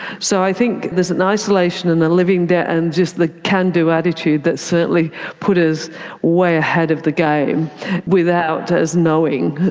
so i think there's an isolation and a living there and just the can-do attitude that certainly put us way ahead of the game without us knowing.